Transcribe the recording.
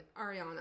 ariana